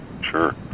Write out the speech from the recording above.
Sure